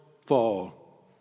fall